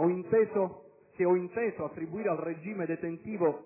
ho inteso attribuire al regime detentivo